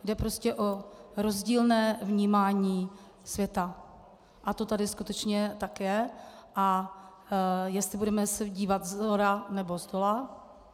Jde prostě o rozdílné vnímání světa a to tady skutečně tak je, a jestli se budeme dívat shora, nebo zdola.